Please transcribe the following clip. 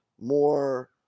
more